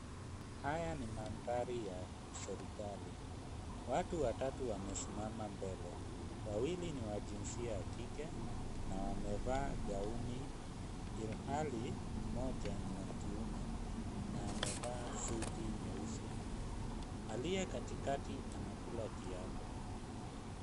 Haya ni mandhari ya serikali. Watu watatu wamesimama mbele, wawili ni wa jinsia ya kike, na wamevaa gauni ilhali mmoja ni wa kiume, na amevaa suti nyeusi. Aliye katikati anakula kiapo.